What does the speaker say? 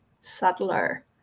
subtler